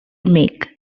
make